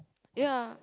ya